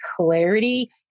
clarity